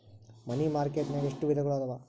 ಮನಿ market ನ್ಯಾಗ್ ಎಷ್ಟವಿಧಗಳು ಅವ?